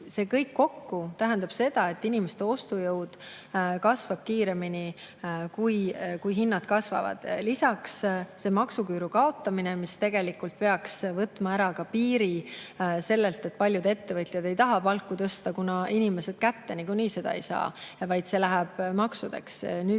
See kõik kokku tähendab seda, et inimeste ostujõud kasvab kiiremini, kui hinnad kasvavad. Lisaks, maksuküüru kaotamine, mis tegelikult peaks ära võtma piiri sellelt, et paljud ettevõtjad ei taha palku tõsta, kuna inimesed seda [raha] kätte niikuinii ei saa, vaid see läheb maksudeks – kui